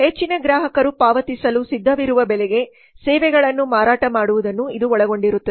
ಹೆಚ್ಚಿನ ಗ್ರಾಹಕರು ಪಾವತಿಸಲು ಸಿದ್ಧವಿರುವ ಬೆಲೆಗೆ ಸೇವೆಗಳನ್ನು ಮಾರಾಟ ಮಾಡುವುದನ್ನು ಇದು ಒಳಗೊಂಡಿರುತ್ತದೆ